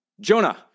Jonah